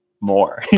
more